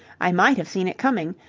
i might have seen it coming.